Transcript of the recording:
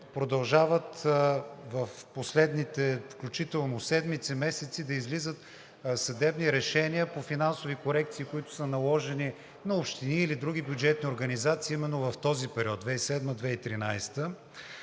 продължават, включително в последните седмици и месеци, да излизат съдебни решения по финансови корекции, които са наложени на общини или на други бюджетни организации именно в този период 2007 – 2013